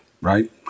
right